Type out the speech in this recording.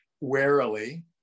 warily